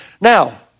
Now